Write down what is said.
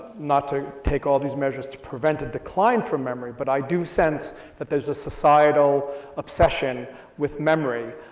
not to take all these measures to prevent a decline from memory, but i do sense that there's a societal obsession with memory.